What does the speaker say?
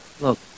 look